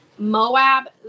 moab